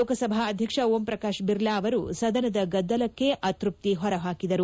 ಲೋಕಸಭಾ ಅಧ್ಲಕ್ಷ ಓಂ ಪ್ರಕಾಶ್ ಬಿರ್ಲಾ ಅವರು ಸದನದ ಗದ್ದಲಕ್ಷೆ ಅತೃಪ್ತಿ ಹೊರಹಾಕಿದರು